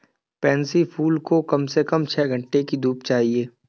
pansy फूल को कम से कम छह घण्टे की धूप चाहिए